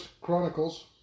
Chronicles